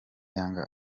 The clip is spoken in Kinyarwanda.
yanga